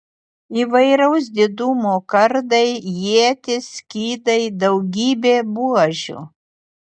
įvairaus didumo kardai ietys skydai daugybė buožių